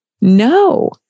no